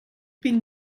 been